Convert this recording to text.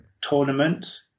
tournament